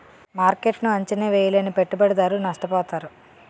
మార్కెట్ను అంచనా వేయలేని పెట్టుబడిదారులు నష్టపోతారు